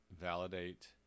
validate